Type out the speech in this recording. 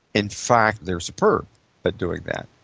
in fact, they're superb at doing that.